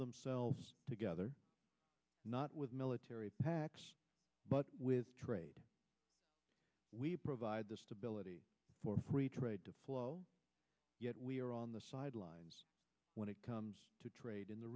themselves together not with military but with trade we provide the stability for free trade to flow yet we are on the sidelines when it comes to trade in the